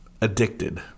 addicted